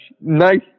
nice